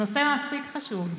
נושא מספיק חשוב.